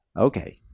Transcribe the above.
Okay